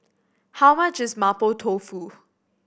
how much is Mapo Tofu